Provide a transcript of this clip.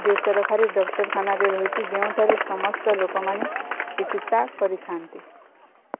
ବେସରକାରୀ ଡ଼କ୍ଟରଖାନାରେ ରହିଚି ଯେଉଁଠାରେ ସମସ୍ତ ଲୋକମାନେ ଚିକିତ୍ସା କରିଥାନ୍ତି